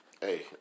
Hey